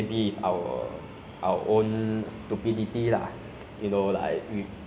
so in the future there will be robots artificial intelligence